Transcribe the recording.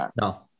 No